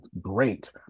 Great